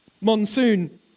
monsoon